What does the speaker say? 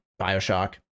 bioshock